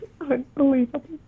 unbelievable